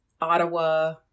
Ottawa